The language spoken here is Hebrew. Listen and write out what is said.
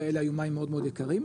ואלה היו מים מאוד מאוד יקרים,